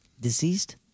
deceased